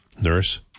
Nurse